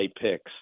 picks